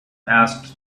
asked